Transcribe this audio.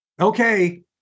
okay